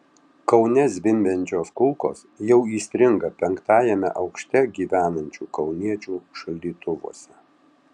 kaune zvimbiančios kulkos jau įstringa penktajame aukšte gyvenančių kauniečių šaldytuvuose